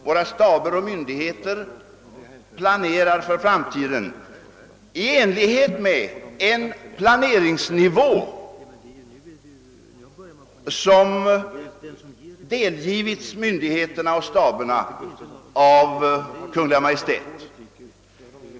Våra staber och myndigheter planerar för framtiden i enlighet med en planeringsnivå som delgivits myndigheterna och staberna av Kungl. Maj:t.